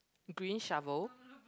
green shovel